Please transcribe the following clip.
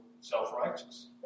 self-righteous